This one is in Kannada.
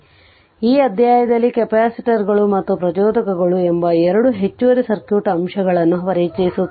ಆದ್ದರಿಂದ ಈ ಅಧ್ಯಾಯದಲ್ಲಿ ಕೆಪಾಸಿಟರ್ಗಳು ಮತ್ತು ಪ್ರಚೋದಕಗಳು ಎಂಬ ಎರಡು ಹೆಚ್ಚುವರಿ ಸರ್ಕ್ಯೂಟ್ ಅಂಶಗಳನ್ನು ಪರಿಚಯಿಸುತ್ತದೆ